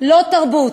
לא תרבות.